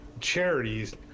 charities